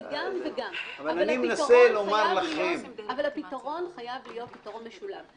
זה גם וגם, אבל הפתרון חייב להיות פתרון משולב.